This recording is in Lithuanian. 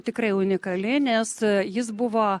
tikrai unikali nes jis buvo